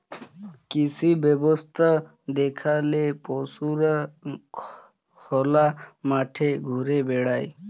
কৃষি ব্যবস্থা যেখালে পশুরা খলা মাঠে ঘুরে বেড়ায়